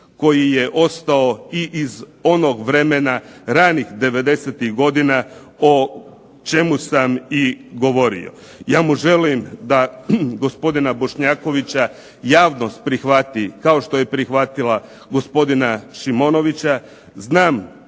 koji je ostao i iz onog vremena ranih '90.-tih godina o čemu sam i govorio. Ja mu želim da gospodina Bošnjakovića javnost prihvati kao što je prihvatila gospodina Šimonovića. Znam